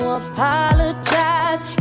apologize